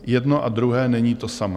Jedno a druhé není to samé.